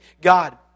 God